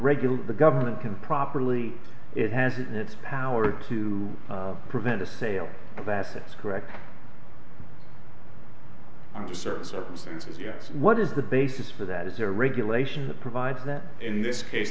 regular the government can properly it has in its power to prevent a sale of assets correct under certain circumstances yes what is the basis for that is a regulation that provides that in this case